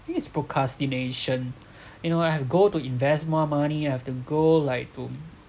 it's procrastination you know I have go to invest more money I have to go like to